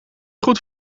goed